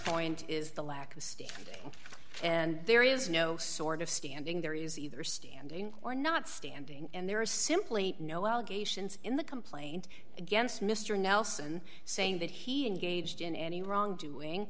point is the lack of state and there is no sort of standing there is either standing or not standing and there is simply no allegations in the complaint against mr nelson saying that he engaged in any wrongdoing